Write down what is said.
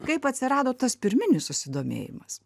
kaip atsirado tas pirminis susidomėjimas